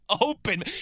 open